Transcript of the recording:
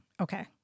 Okay